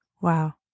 Wow